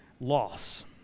loss